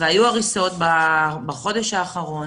והיו הריסות בחודש האחרון